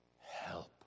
Help